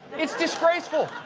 it's disgraceful.